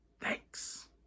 Thanks